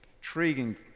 intriguing